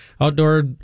Outdoor